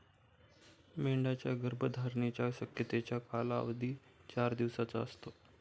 मेंढ्यांच्या गर्भधारणेच्या शक्यतेचा कालावधी चार दिवसांचा असतो